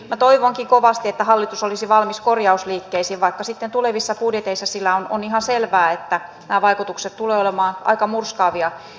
minä toivonkin kovasti että hallitus olisi valmis korjausliikkeisiin vaikka sitten tulevissa budjeteissa sillä on ihan selvää että nämä vaikutukset tulee olemaan aika murskaavia